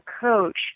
coach